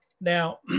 Now